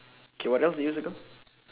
K what else did you circle